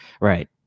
right